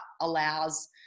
allows